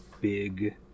big